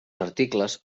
articles